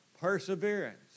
perseverance